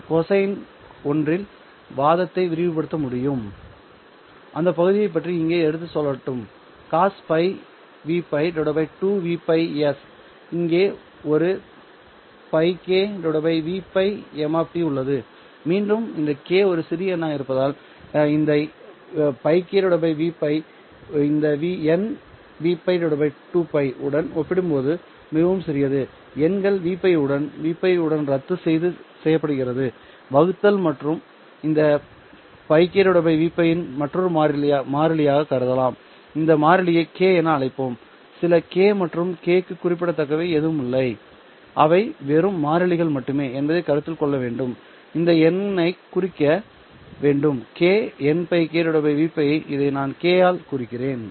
நான் கொசைன் ஒன்றில் வாதத்தை விரிவுபடுத்த முடியும் அந்த பகுதியை பற்றி இங்கே எடுத்து சொல்லட்டும் cos πVπ 2Vπs இங்கே ஒரு πk Vπ m உள்ளது மீண்டும் இந்த k ஒரு சிறிய எண்ணாக இருப்பதால் இந்த πk Vπ இந்த πVπ 2π உடன் ஒப்பிடும்போது இது மிகவும் சிறியது எண்களில் Vπ உடன் Vπ உடன் ரத்து செய்யப்படுகிறதுவகுத்தல் மற்றும் இந்த πk Vπ ஐ மற்றொரு மாறிலியாகக் கருதலாம் இந்த மாறிலியை k' என அழைப்போம்சில k மற்றும் kʹ க்கு குறிப்பிடத்தக்கவை எதுவுமில்லை அவை வெறும் மாறிலிகள் மட்டுமே என்பதை கருத்தில் கொள்ள வேண்டும் இந்த எண்ணை குறிக்க வேண்டும் k πk Vπ இதை நான் kʹ ஆல் குறிக்கிறேன்